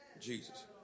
Jesus